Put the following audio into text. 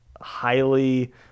highly